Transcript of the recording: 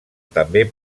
també